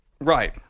Right